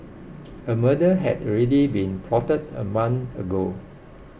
a murder had already been plotted a month ago